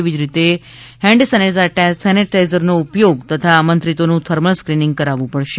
એવી જ રીતે હેન્ડ સેનિટાઈઝરનો ઉપયોગ તથા આમંત્રિતોનું થર્મલ સ્કેનિંગ કરાવવું પડશે